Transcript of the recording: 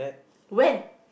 when